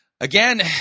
Again